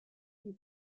die